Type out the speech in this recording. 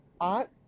art